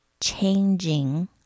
changing